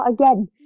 again